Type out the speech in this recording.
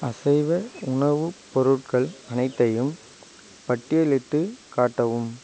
அசைவ உணவுப் பொருட்கள் அனைத்தையும் பட்டியலிட்டுக் காட்டவும்